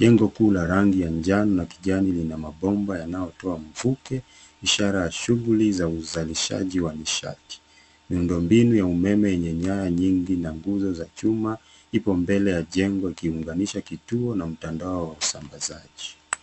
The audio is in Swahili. Jengo kuu la rangi ya njano na kijani lina mabomba yanayotoa mvuke ishara ya shughuli za uzalishaji wa nishati. Miundombinu ya umeme yenye nyaya nyingi na nguzo za chuma ipo mbele ya jengo ikiunganisha kituo na mtandao wa usambazaji.